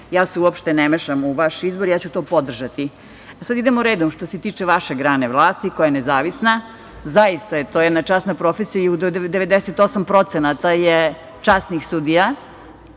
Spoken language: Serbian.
Ja se uopšte ne mešam u vaš izbor i ja ću to podržati. Sada idemo redom. Što se tiče vašeg grane vlasti koja je nezavisna, zaista je to jedna časna profesija i do 98% je časnih sudija.